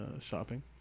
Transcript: shopping